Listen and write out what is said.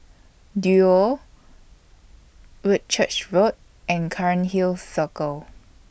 Duo Whitchurch Road and Cairnhill Circle